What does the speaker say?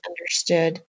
understood